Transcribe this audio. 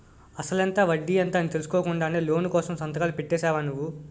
అసలెంత? వడ్డీ ఎంత? అని తెలుసుకోకుండానే లోను కోసం సంతకాలు పెట్టేశావా నువ్వు?